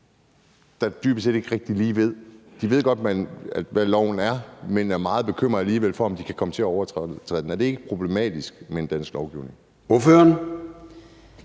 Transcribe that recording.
dybest set ikke rigtig lige er klar over det. De ved godt, hvad loven er, men jeg er alligevel meget bekymret for, at de kan komme til at overtræde den. Så er det ikke problematisk i dansk lovgivning?